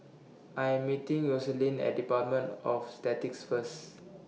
I Am meeting Yoselin At department of Statistics First